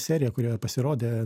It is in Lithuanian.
serija kurioje pasirodė